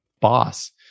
boss